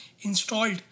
installed